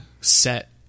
set